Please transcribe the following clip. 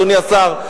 אדוני השר,